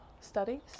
studies